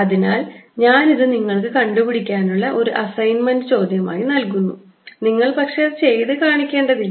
അതിനാൽ ഞാൻ ഇത് നിങ്ങൾക്ക് കണ്ടുപിടിക്കാനുള്ള ഒരു അസൈൻമെന്റ് ചോദ്യമായി നൽകുന്നു നിങ്ങൾ പക്ഷേ ചെയ്തു കാണിക്കേണ്ടതില്ല